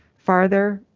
farther,